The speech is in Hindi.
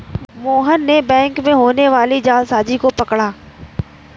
मोहन ने बैंक में होने वाली जालसाजी को पकड़ा